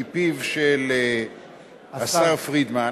מפיו של השר פרידמן,